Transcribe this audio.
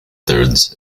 thirds